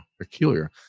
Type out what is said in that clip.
peculiar